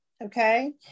okay